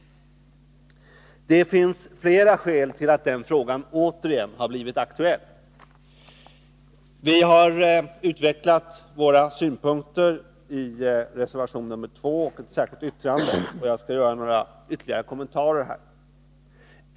Det finns flera skäl till att den frågan återigen har blivit aktuell. Vi har utvecklat våra synpunkter i reservation 2 och i ett särskilt yttrande. Jag skall göra ytterligare några kommentarer här.